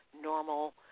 normal